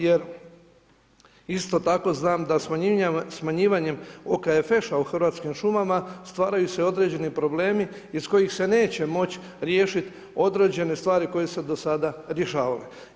Jer isto tako znam da smanjivanjem OKFŠ u Hrvatskim šumama stvaraju se određeni problemi iz koji se neće moći riješiti određene stvari koje su se do sada rješavali.